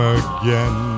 again